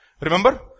Remember